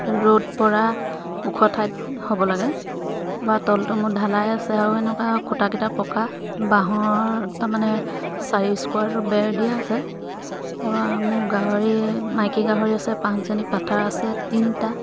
ৰ'দ পৰা ওখ ঠাইত হ'ব লাগে তাৰপৰা তলটো মোৰ ঢালাই আছে আৰু এনেকুৱা খুটা কেইটা পকা বাঁহৰ তাৰমানে চাৰি স্কুৱাৰ বেৰ দিয়া আছে তাৰপৰা মোৰ গাহৰি মাইকী গাহৰি আছে পাঁচজনী পাঠা আছে তিনিটা